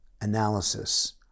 analysis